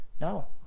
no